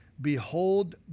Behold